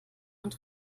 und